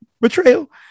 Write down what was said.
betrayal